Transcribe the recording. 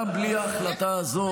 גם בלי החלטה הזאת,